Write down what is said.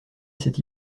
cette